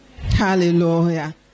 Hallelujah